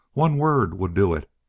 one word will do it!